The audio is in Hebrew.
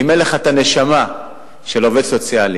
אם אין לך הנשמה של עובד סוציאלי,